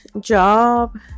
job